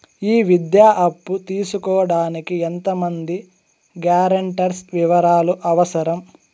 ఈ విద్యా అప్పు తీసుకోడానికి ఎంత మంది గ్యారంటర్స్ వివరాలు అవసరం?